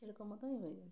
এরকমতোই হয়ে যায়